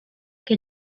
che